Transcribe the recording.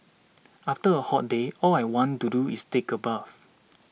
after a hot day all I want to do is take a bath